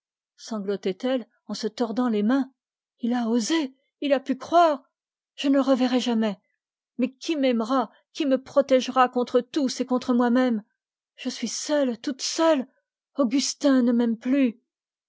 sanglotait elle en se tordant les mains il a pu croire je ne le reverrai jamais mais qui m'aimera qui me protégera contre tous et contre moi-même je suis seule toute seule augustin ne m'aime plus